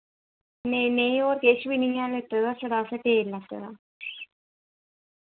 नेईं नेईं और किश बी नेईं ऐ लेते दा छड़ा असें तेल लैते दा